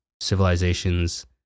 civilizations